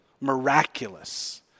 miraculous